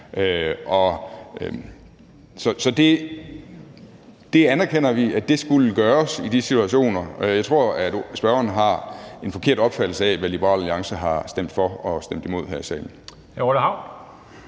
Vi anerkender, at det skulle gøres i de situationer, og jeg tror, at spørgeren har en forkert opfattelse af, hvad Liberal Alliance har stemt for og stemt imod her i salen.